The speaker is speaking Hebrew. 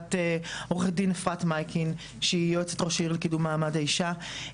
בהובלת עו"ד אפרת מייקין שהיא יועצת ראש העיר לקידום מעמד האישה,